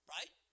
Right